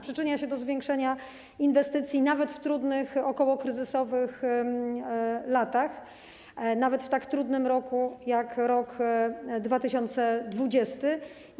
Przyczynia się ona do zwiększenia inwestycji nawet w trudnych, okołokryzysowych latach, nawet w tak trudnym roku jak rok 2020.